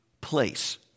place